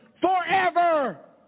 forever